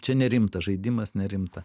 čia nerimtas žaidimas nerimta